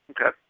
Okay